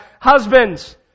Husbands